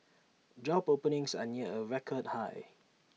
job openings are near A record high